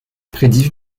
prédit